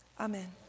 Amen